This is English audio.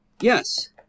Yes